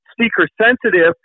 speaker-sensitive